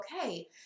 okay